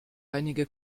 einige